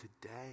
today